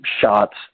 shots